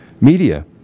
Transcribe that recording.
media